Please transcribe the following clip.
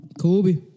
Kobe